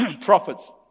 prophets